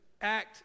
act